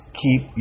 keep